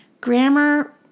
grammar